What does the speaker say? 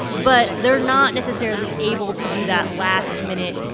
but they're not necessarily able to do that last-minute,